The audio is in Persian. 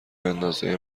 اندازه